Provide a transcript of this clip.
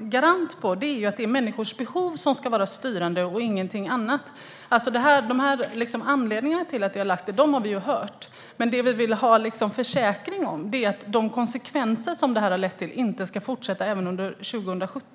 garanti för är att det är människors behov som ska vara styrande och ingenting annat. Anledningarna har vi ju hört om, men det som vi vill ha försäkring om är att de konsekvenser som det här har lett till inte ska fortsätta även under 2017.